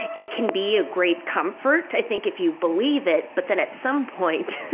it it can be a great comfort, i think if you believe it but then at some point.